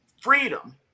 freedom